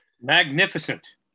magnificent